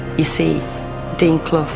you see dean clough.